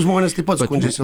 žmonės taip pat skundžiasi